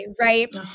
Right